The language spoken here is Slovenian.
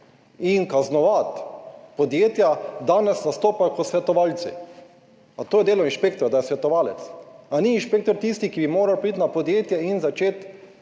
in kaznovati podjetja, danes nastopajo kot svetovalci. A to je delo inšpektorja, da je svetovalec? Ali ni inšpektor tisti, ki bi moral priti v podjetje in začeti